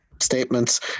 statements